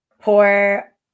poor